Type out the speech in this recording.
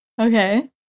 Okay